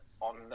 on